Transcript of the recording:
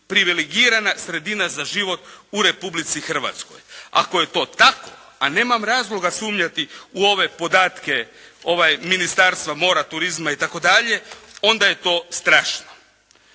privilegirana sredina za život u Republici Hrvatskoj. Ako je to tako a nemam razloga sumnjati u ove podatke Ministarstva mora, turizma itd. onda je to strašno.